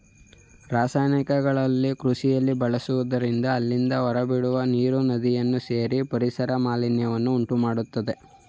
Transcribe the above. ರಾಸಾಯನಿಕಗಳನ್ನು ಕೃಷಿಯಲ್ಲಿ ಬಳಸುವುದರಿಂದ ಅಲ್ಲಿಂದ ಹೊರಬಿಡುವ ನೀರು ನದಿಯನ್ನು ಸೇರಿ ಪರಿಸರ ಮಾಲಿನ್ಯವನ್ನು ಉಂಟುಮಾಡತ್ತದೆ